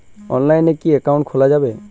অনলাইনে কি অ্যাকাউন্ট খোলা যাবে?